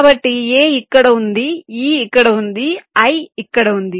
కాబట్టి a ఇక్కడ ఉందిe ఇక్కడ ఉంది iఇక్కడ ఉంది